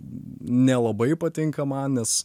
nelabai patinka man nes